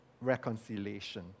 reconciliation